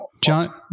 John